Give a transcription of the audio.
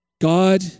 God